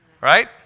right